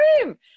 dream